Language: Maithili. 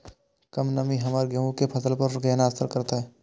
कम नमी हमर गेहूँ के फसल पर केना असर करतय?